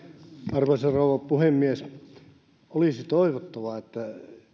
arvoisa rouva puhemies olisi toivottavaa että